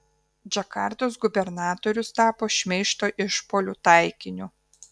džakartos gubernatorius tapo šmeižto išpuolių taikiniu